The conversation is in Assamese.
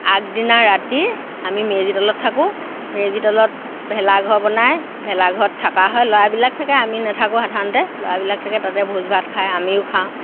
আগদিনা ৰাতি আমি মেজি তলত থাকোঁ মেজি তলত ভেলাঘৰ বনাই ভেলাঘৰত থাকা হয় ল'ৰাবিলাক থাকে আমি নাথাকোঁ সাধাৰণতে ল'ৰাবিলাক থকা তাতে ভোজ ভাত খায় আমিও খাওঁ